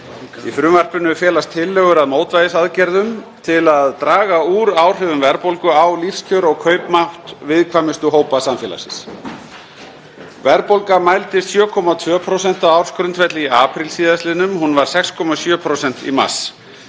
Í frumvarpinu felast tillögur að mótvægisaðgerðum til að draga úr áhrifum verðbólgu á lífskjör og kaupmátt viðkvæmustu hópa samfélagsins. Verðbólga mældist 7,2% á ársgrundvelli í apríl sl. Hún var 6,7% í mars.